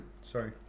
Sorry